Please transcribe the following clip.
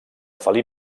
felí